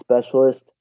specialist